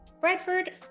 Bradford